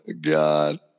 god